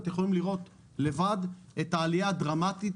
אתם יכולים לראות לבד את העלייה הדרמטית